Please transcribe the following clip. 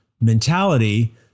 mentality